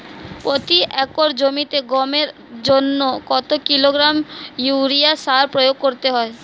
প্রতি একর জমিতে গমের জন্য কত কিলোগ্রাম ইউরিয়া সার প্রয়োগ করতে হয়?